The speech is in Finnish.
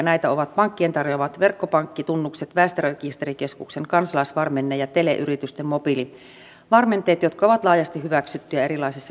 välineitä ovat pankkien tarjoamat verkkopankkitunnukset väestörekisterikeskuksen kansalaisvarmenne ja teleyritysten mobiilivarmenteet jotka ovat laajasti hyväksyttyjä erilaisissa viranomaispalveluissa